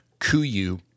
Kuyu